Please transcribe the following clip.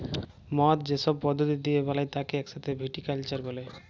মদ যে সব পদ্ধতি দিয়ে বালায় তাকে ইক সাথে ভিটিকালচার ব্যলে